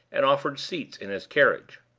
and offered seats in his carriage.